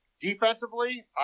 Defensively